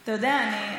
אתה יודע,